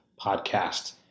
Podcast